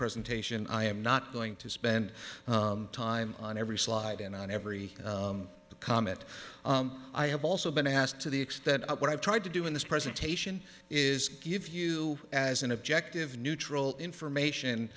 presentation i am not going to spend time on every slide and on every the comment i have also been asked to the extent of what i've tried to do in this presentation is give you as an objective neutral information